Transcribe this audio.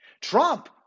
Trump